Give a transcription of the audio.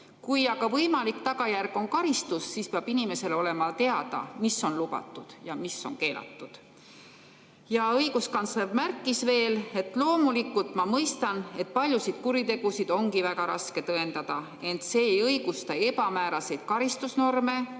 "Kui aga võimalik tagajärg on karistus, siis peab inimesele olema teada, mis on lubatud ja mis on keelatud." Õiguskantsler märkis veel: "Loomulikult, ma mõistan, et paljusid kuritegusid ongi väga raske tõendada, ent see ei õigusta ebamääraseid karistusnorme,